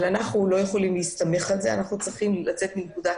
אנחנו לא יכולים להסתמך על זה ועלינו לצאת מנקודת